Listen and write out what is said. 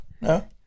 No